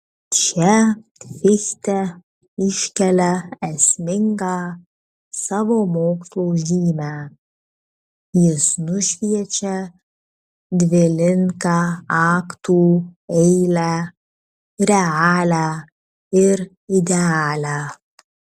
čia fichte iškelia esmingą savo mokslo žymę jis nušviečia dvilinką aktų eilę realią ir idealią